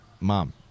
mom